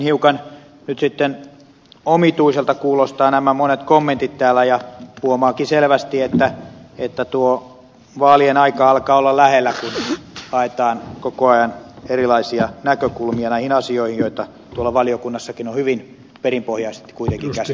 hiukan nyt sitten omituiselta kuulostavat nämä monet kommentit täällä ja huomaakin selvästi että tuo vaalien aika alkaa olla lähellä kun haetaan koko ajan erilaisia näkökulmia näihin asioihin joita tuolla valiokunnassakin on hyvin perinpohjaisesti kuitenkin käsitelty